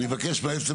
אפשר רק להסביר